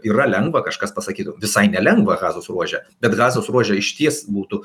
yra lengva kažkas pasakytų visai nelengva gazos ruože bet gazos ruože išties būtų